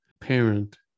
parent